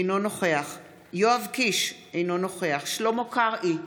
אינו נוכח יואב קיש, אינו נוכח שלמה קרעי,